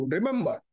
Remember